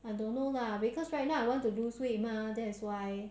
I'm trying to lose